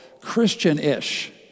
Christian-ish